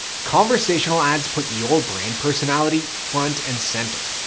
conversational ads put your brand personality front and center,